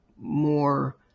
more